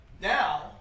now